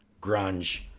grunge